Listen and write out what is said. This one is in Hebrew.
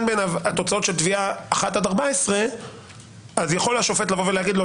בעיניו התוצאות של התביעה 14-1 השופט יכול להגיד לו,